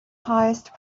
highest